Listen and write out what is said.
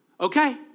Okay